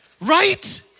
Right